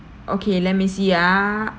okay let me see ah